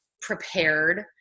prepared